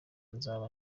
nzaba